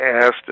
asked